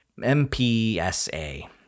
MPSA